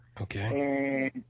Okay